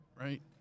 right